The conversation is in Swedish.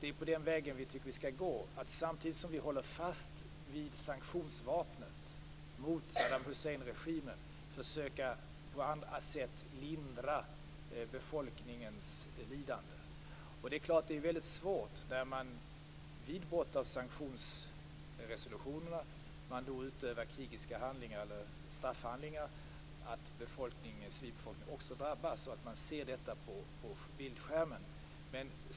Det är den vägen vi tycker att vi skall gå, att samtidigt som vi håller fast vid sanktionsvapnet mot Saddam Husseins regim på andra sätt försöka lindra befolkningens lidande. Det är klart att det är väldigt svårt när man vid brott mot sanktionsresolutionerna utövar krigiska handlingar eller straffhandlingar att civilbefolkningen också drabbas och att vi ser detta på bildskärmen.